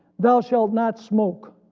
thou shalt not smoke,